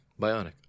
Bionic